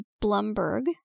Blumberg